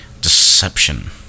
deception